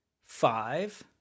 five